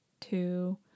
two